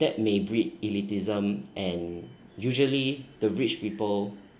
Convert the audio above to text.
that may breed elitism and usually the rich people